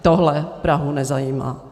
Tohle Prahu nezajímá.